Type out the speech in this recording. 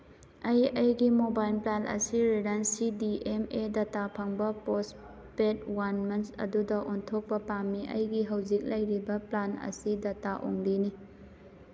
ꯑꯩ ꯑꯩꯒꯤ mobile plan ꯑꯁꯤ Reliance CDMA data ꯐꯪꯕ ꯄꯣꯁꯄꯦꯠ ꯋꯥꯟ ꯃꯟꯁ ꯑꯗꯨꯗ ꯑꯣꯟꯊꯣꯛꯄ ꯄꯥꯝꯃꯤ ꯑꯩꯒꯤ ꯍꯧꯖꯤꯛ ꯂꯩꯔꯤꯕ ꯄ꯭ꯂꯥꯟ ꯑꯁꯤ ꯗꯇꯥ ꯑꯣꯟꯂꯤꯅꯤ